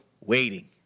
waiting